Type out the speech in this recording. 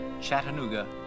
Chattanooga